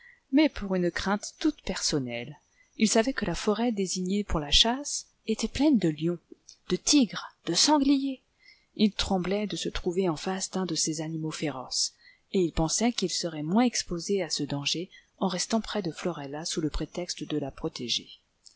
mais pour une crainte toute personnelle il savait que la forêt désignée pour la chasse était pleine do lions de tigres de sangliers il tremblait de se trouver en face d'un de ces animaux féroces et il pensait qu'il serait moins exposé à ce danger en restant près de florella sous le prétexte de la protéger